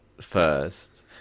first